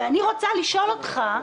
ואני רוצה לשאול אותך,